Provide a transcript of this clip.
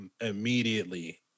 immediately